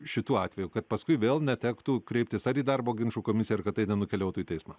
šituo atveju kad paskui vėl netektų kreiptis ar į darbo ginčų komisiją ar kad tai nenukeliautų į teismą